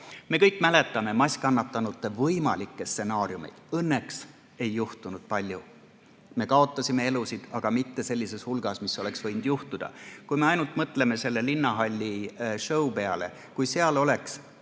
Me kõik mäletame masskannatanute võimalikke stsenaariumeid. Õnneks ei juhtunud palju. Me kaotasime elusid, aga mitte sellises hulgas, mis oleks võinud juhtuda. Kui me ainult mõtleme selle linnahallishowpeale – kui seal oleks